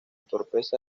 torpeza